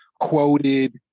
quoted